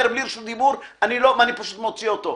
בלי רשות דיבור אני פשוט מוציא אותו,